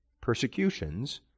persecutions